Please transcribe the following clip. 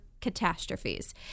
catastrophes